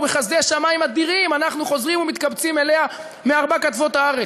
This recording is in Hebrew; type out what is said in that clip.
ובחסדי שמים אדירים אנחנו חוזרים ומתקבצים אליה מארבע קצוות הארץ.